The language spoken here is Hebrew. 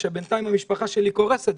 כשבינתיים המשפחה שלי קורסת,